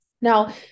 Now